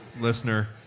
listener